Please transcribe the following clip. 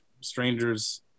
strangers